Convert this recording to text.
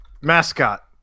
mascot